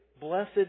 blessed